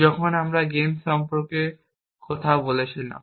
যখন আমরা গেম সম্পর্কে কথা বলছিলাম